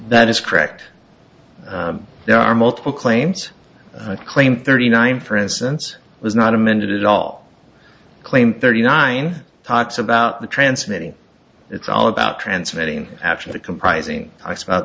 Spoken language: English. that is correct there are multiple claims that claim thirty nine for instance was not amended it all claimed thirty nine parts about the transmitting it's all about transmitting after the